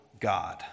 God